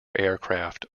aircraft